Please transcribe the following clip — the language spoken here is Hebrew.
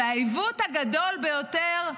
והעיוות הגדול ביותר: